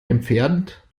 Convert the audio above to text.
entfernt